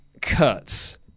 cuts